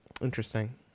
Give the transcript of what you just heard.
Interesting